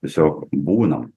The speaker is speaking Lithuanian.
tiesiog būnam